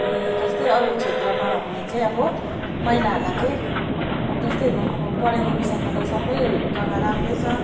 जस्तै अरू क्षेत्रमा हो भने चाहिँ अब महिलाहरूलाई चाहिँ अब जस्तै अब अब पढाइको विषयमा त सबै जग्गा राम्रै छ